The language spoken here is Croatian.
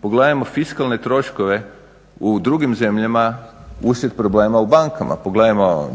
pogledajmo fiskalne troškove u drugim zemljama usred problema u bankama, pogledajmo